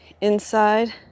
Inside